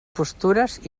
postures